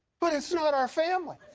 but it's not our family.